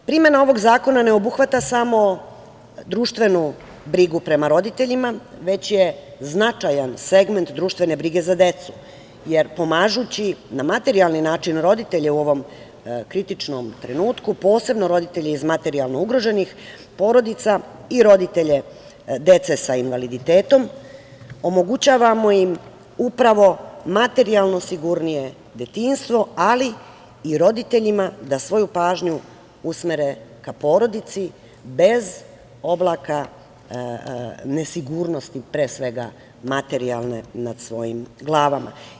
Primena ovog zakona ne obuhvata samo društvenu brigu prema roditeljima, već je značajan segment društvene brige za decu, jer pomažući na materijalni način roditelje u ovom kritičnom trenutku, posebno roditelje iz materijalno ugroženih porodica i roditelje dece sa invaliditetom, omogućavamo im upravo materijalno sigurnije detinjstvo, ali i roditeljima da svoju pažnju usmere ka porodici bez oblaka nesigurnosti, pre svega materijalne, nad svojim glavama.